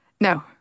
no